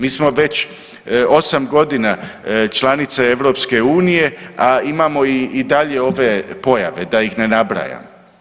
Mi smo već 8 godina članica EU, a imamo i dalje ove pojave, da ih ne nabrajam.